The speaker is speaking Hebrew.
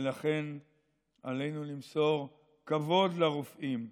ולכן עלינו למסור כבוד לרופאים,